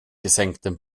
gesenktem